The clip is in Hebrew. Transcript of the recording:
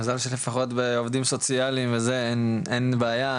מזל שלפחות לעובדים סוציאליים אין בעיה,